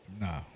No